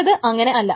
ചിലത് അങ്ങനെയല്ല